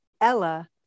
Ella